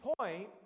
point